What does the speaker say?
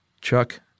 Chuck